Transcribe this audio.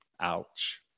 ouch